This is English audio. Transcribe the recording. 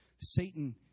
Satan